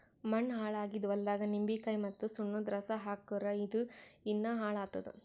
ಮಣ್ಣ ಹಾಳ್ ಆಗಿದ್ ಹೊಲ್ದಾಗ್ ನಿಂಬಿಕಾಯಿ ಮತ್ತ್ ಸುಣ್ಣದ್ ರಸಾ ಹಾಕ್ಕುರ್ ಇನ್ನಾ ಹಾಳ್ ಆತ್ತದ್